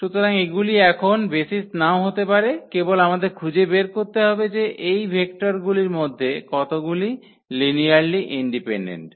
সুতরাং এগুলি এখন বেসিস নাও হতে পারে কেবল আমাদের খুঁজে বের করতে হবে যে এই ভেক্টরগুলির মধ্যে কতগুলি লিনিয়ারলি ইন্ডিপেন্ডেন্ট